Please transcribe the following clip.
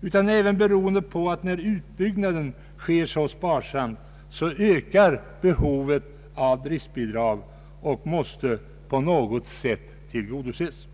utan också på det förhål landet att när utbyggnaden sker på ett så sparsamt sätt så ökar behovet av driftbidrag, och det behovet måste på något sätt tillgodoses.